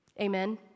Amen